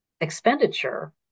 expenditure